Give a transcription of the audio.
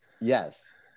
Yes